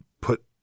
put